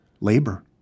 labor